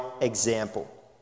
example